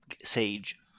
Sage